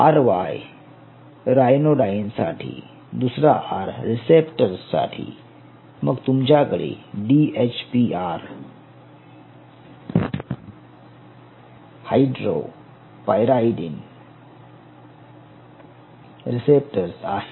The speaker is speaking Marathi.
आर वाय रायनोडाईन साठी दुसरा आर रिसेप्टर्ससाठी मग तुमच्याकडे D H P R dihydropyridine receptors आहेत